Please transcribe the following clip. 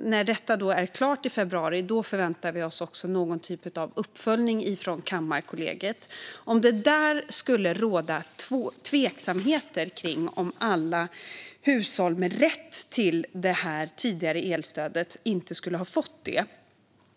När detta är klart i februari förväntar vi oss någon sorts uppföljning från Kammarkollegiet. Om det där skulle råda tveksamheter i fråga om alla hushåll med rätt till det tidigare elstödet har fått